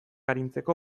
arintzeko